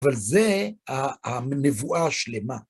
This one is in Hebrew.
אבל זה הנבואה השלמה.